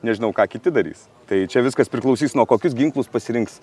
nežinau ką kiti darys tai čia viskas priklausys nuo kokius ginklus pasirinks